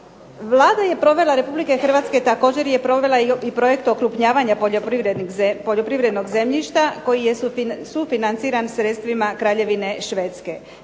Vlada Republike Hrvatske također je provela i projekt okrupnjavanja poljoprivrednog zemljišta koji je sufinanciran sredstvima Kraljevine Švedske.